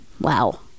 Wow